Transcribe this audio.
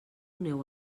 neu